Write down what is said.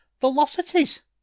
Velocities